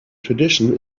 tradition